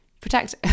protect